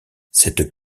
cette